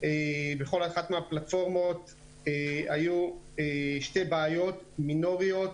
בכל אחת מהפלטפורמות היו שתי בעיות מינוריות,